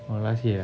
orh last year ah